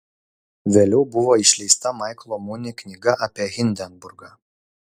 vėliau buvo išleista maiklo muni knyga apie hindenburgą